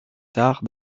tard